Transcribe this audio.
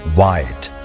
white